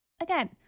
again